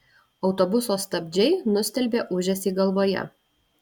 autobuso stabdžiai nustelbė ūžesį galvoje